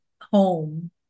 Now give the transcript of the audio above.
home